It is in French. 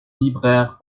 vibrèrent